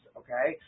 okay